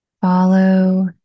Follow